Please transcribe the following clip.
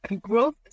growth